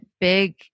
big